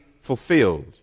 fulfilled